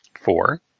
Four